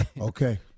okay